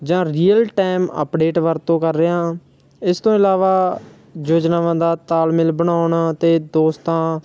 ਜਾਂ real time update ਵਰਤੋਂ ਕਰ ਰਿਹਾ ਹਾਂ ਇਸ ਤੋਂ ਇਲਾਵਾ ਯੋਜਨਾਵਾਂ ਦਾ ਤਾਲਮੇਲ ਬਣਾਉਣ ਅਤੇ ਦੋਸਤਾਂ